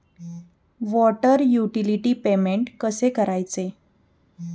Water utility payment कसे करायचे?